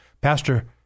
Pastor